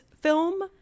film